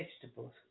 vegetables